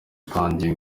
utangiye